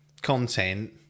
Content